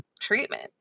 treatment